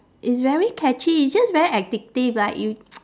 it's very catchy it's just very addictive like you